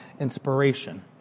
inspiration